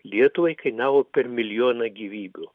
lietuvai kainavo per milijoną gyvybių